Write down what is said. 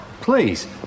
Please